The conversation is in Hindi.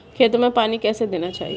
खेतों में पानी कैसे देना चाहिए?